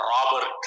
Robert